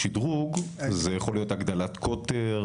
שדרוג זה יכול להיות הגדלת קוטר,